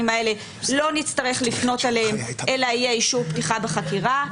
האלה לא נצטרך לפנות אליהם אלא יהיה אישור פתיחה בחקירה.